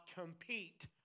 compete